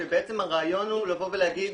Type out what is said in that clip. כי בעצם הרעיון הוא לבוא ולהגיד --- כרגע